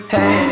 Hey